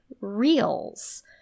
reels